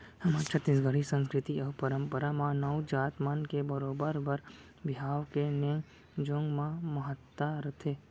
हमर छत्तीसगढ़ी संस्कृति अउ परम्परा म नाऊ जात मन के बरोबर बर बिहाव के नेंग जोग म महत्ता रथे